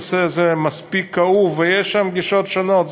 הנושא הזה מספיק כאוב ויש שם גישות שונות.